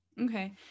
Okay